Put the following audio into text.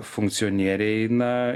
funkcionieriai na